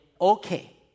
okay